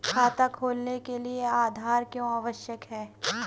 खाता खोलने के लिए आधार क्यो आवश्यक है?